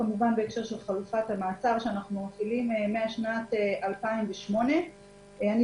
בהקשר של חלופת המעצר שאנחנו מפעילים משנת 2008. אני